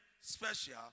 special